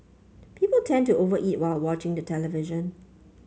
people tend to over eat while watching the television